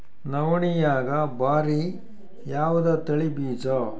ನವಣಿಯಾಗ ಭಾರಿ ಯಾವದ ತಳಿ ಬೀಜ?